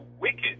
wicked